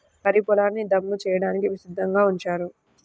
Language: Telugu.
వరి పొలాల్ని దమ్ము చేయడానికి సిద్ధంగా ఉంచారు